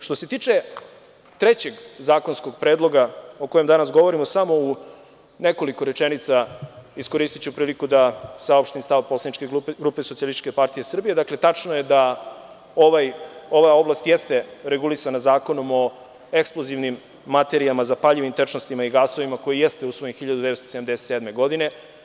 Što se tiče trećeg zakonskog predloga o kojem danas govorimo samo u nekoliko rečenica, iskoristiću priliku da saopštim stav SPS, dakle tačno je da ova oblast jeste regulisana Zakonom o eksplozivnim materijama, zapaljivim tečnostima i gasovima koji jeste usvojen 1977. godine.